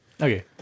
Okay